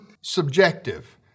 subjective